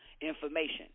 information